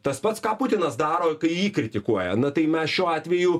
tas pats ką putinas daro kai jį kritikuoja na tai mes šiuo atveju